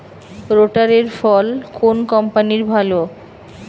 রোটারের ফল কোন কম্পানির ভালো?